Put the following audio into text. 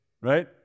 right